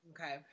Okay